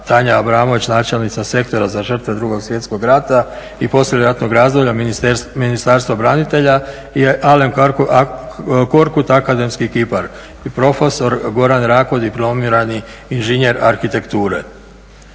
Tanja Abramović, načelnica Sektora za žrtve 2. svjetskog rata i poslijeratnog razdoblja Ministarstva branitelja, Alen Korkut, akademski kipar i profesor Goran Rako, diplomirani inženjer arhitekture.